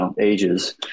ages